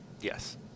Yes